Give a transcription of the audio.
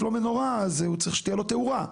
לו מנורה אז הוא צריך שתהיה לו תאורה.